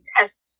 Yes